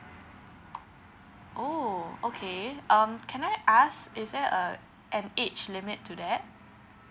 oh okay um can I ask is there a an age limit to that